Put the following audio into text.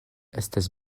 estas